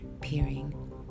peering